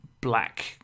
black